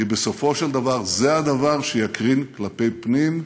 כי בסופו של דבר, זה הדבר שיקרין כלפי פנים.